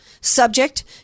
subject